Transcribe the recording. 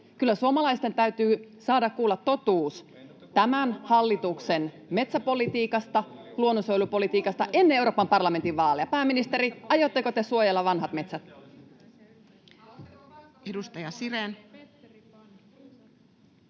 Kyllä suomalaisten täytyy saada kuulla totuus tämän hallituksen metsäpolitiikasta, luonnonsuojelupolitiikasta ennen Euroopan parlamentin vaaleja. Pääministeri, aiotteko te suojella vanhat metsät?